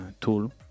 tool